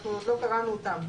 אנחנו עוד לא קראנו אותם.